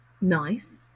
nice